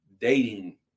dating